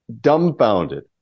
dumbfounded